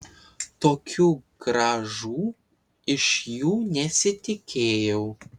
tokių grąžų iš jų nesitikėjau